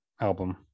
album